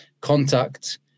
contact